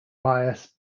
bias